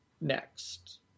next